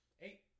eight